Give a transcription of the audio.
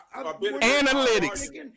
analytics